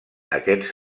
aquests